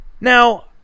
Now